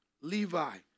Levi